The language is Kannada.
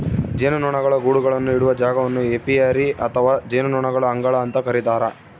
ಜೇನುನೊಣಗಳ ಗೂಡುಗಳನ್ನು ಇಡುವ ಜಾಗವನ್ನು ಏಪಿಯರಿ ಅಥವಾ ಜೇನುನೊಣಗಳ ಅಂಗಳ ಅಂತ ಕರೀತಾರ